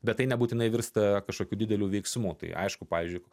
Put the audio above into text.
bet tai nebūtinai virsta kažkokių dideliu veiksmu tai aišku pavyzdžiui